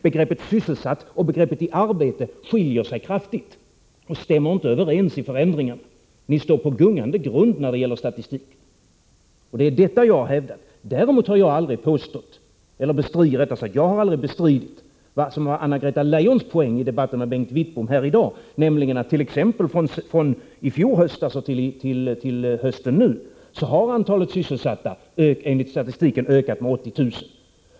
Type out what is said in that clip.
Begreppet ”sysselsatt” och begreppet ”i arbete” skiljer sig kraftigt och stämmer inte överens när det gäller förändringarna. Ni står på gungande grund i fråga om statistiken. Det är detta jag har hävdat. Däremot har jag aldrig bestritt vad som var Anna-Greta Leijons poäng i debatten med Bengt Wittbom här i dag, nämligen att från i fjol höstas och till innevarande höst har antalet sysselsatta enligt statistiken ökat med 80 000.